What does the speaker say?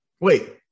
Wait